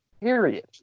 Period